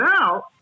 out